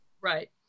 right